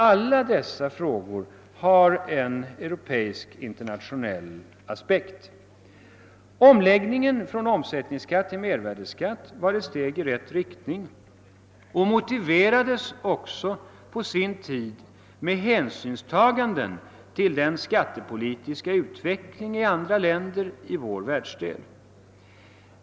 Alla dessa frågor har en europeisk internationell aspekt. Omläggningen från omsättningsskatt till mervärdeskatt var ett steg i rätt riktning och motiverades också på sin tid med hänsynstaganden till den skat-. tepolitiska utvecklingen inom andra länder i vår världsdel.